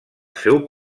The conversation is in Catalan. seu